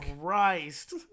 Christ